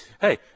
Hey